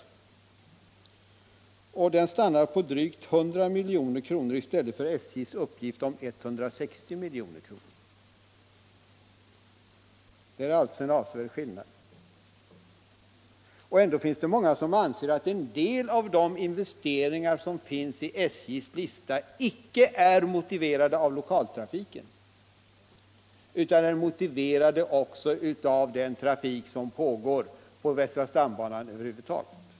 Denna investeringskalkyl stannar på drygt 100 milj.kr. i stället för SJ:s uppgift om 160 milj.kr. Det är alltså en avsevärd skillnad, även med tanke på att många anser att en del av de investeringar som SJ tagit upp på sin lista inte är motiverade av enbart lokaltrafiken utan av den totala trafiken på västra stambanan.